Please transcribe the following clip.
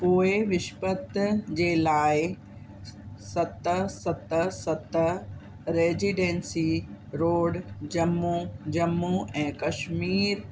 पोइ विशपत जे लाइ सत सत सत रेजिडेंसी रोड जम्मू जम्मू ऐं कश्मीर